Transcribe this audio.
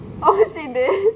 oh she did